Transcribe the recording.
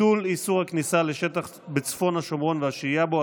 7) (ביטול איסור הכניסה לשטח בצפון השומרון והשהייה בו),